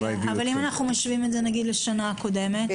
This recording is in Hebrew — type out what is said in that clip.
ואם נשווה את זה לשנה הקודמת?